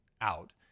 out